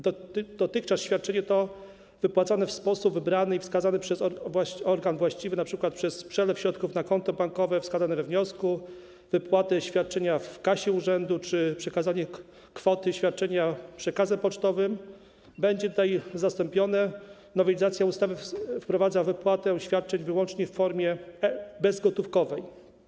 Dotychczasowe świadczenie, które było wypłacane w sposób wybrany i wskazany przez organ właściwy, np. poprzez przelew środków na konto bankowe wskazane we wniosku, wypłatę świadczenia w kasie urzędu czy przekazanie kwoty świadczenia przekazem pocztowym, zostanie zastąpione, jako że nowelizacja ustawy wprowadza wypłatę świadczeń wyłącznie w formie bezgotówkowej.